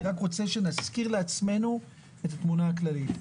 אני רק רוצה שנזכיר לעצמנו את התמונה הכללית.